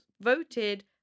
voted